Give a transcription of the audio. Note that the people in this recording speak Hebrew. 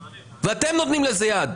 ואתם נותנים לזה יד.